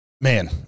man